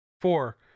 Four